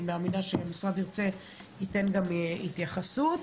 אני מאמינה שהמשרד ייתן גם התייחסות,